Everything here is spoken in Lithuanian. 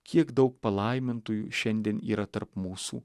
kiek daug palaimintųjų šiandien yra tarp mūsų